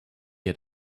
had